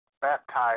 baptized